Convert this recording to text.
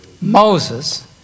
Moses